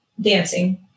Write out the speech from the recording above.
dancing